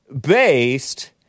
based